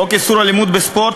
חוק איסור אלימות בספורט,